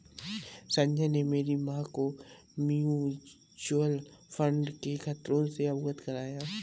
संजय ने मेरी मां को म्यूचुअल फंड के खतरों से अवगत कराया